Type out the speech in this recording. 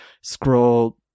scroll